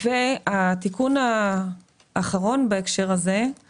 התיקון האחרון בהקשר הזה הוא